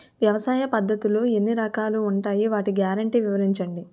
వ్యవసాయ పద్ధతులు ఎన్ని రకాలు ఉంటాయి? వాటి గ్యారంటీ వివరించండి?